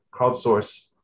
Crowdsource